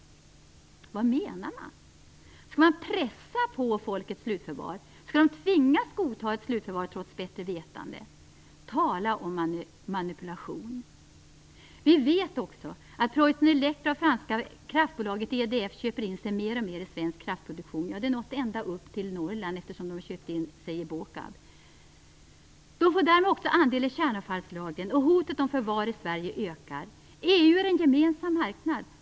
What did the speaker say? Vad menar man? Skall man pressa på folket slutförvar? Skall man tvingas godta ett slutförvar trots bättre vetande? Tala om manipulation! Samtidigt vet vi att PreussenElektra och det franska kraftbolaget EDF köper in sig mer och mer i svensk kraftproduktion. Det har nått ända upp till Norrland, eftersom man har köpt in sig i BÅKAB. De får därmed också andel i kärnavfallslagren, och hotet om förvar i Sverige ökar. EU är en gemensam marknad.